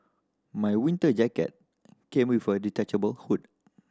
my winter jacket came with a detachable hood